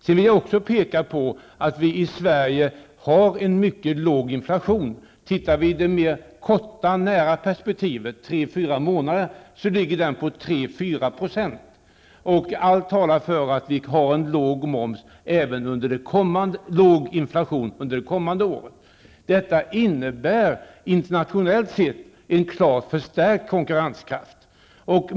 Jag vill också peka på att vi i Sverige har en mycket låg inflation. Tittar vi på det korta, mer nära perspektivet, tre fyra månader, finner vi att den ligger på 3--4 %. Allt talar för att vi kommer att ha en låg inflation även under det kommande året. Detta innebär internationellt sett en klart förstärkt konkurrenskraft.